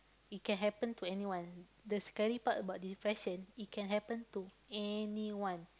it can happen to anyone the scary part about depression it can happen to anyone